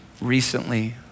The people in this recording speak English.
recently